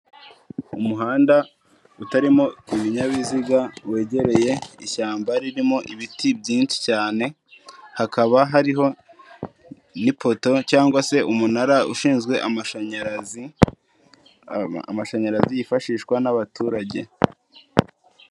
Umuhanda utarimo ibinyabiziga wegereye ishyamba ririmo ibiti byinshi cyane, hakaba hariho n'ipoto cyangwa se umunara ushinzwe amashanyarazi, amashanyarazi yifashishwa n'abaturage.